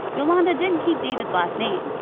yolanda didn't keep david's last name,